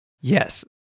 Yes